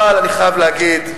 אבל אני חייב להגיד,